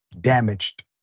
damaged